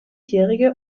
jährige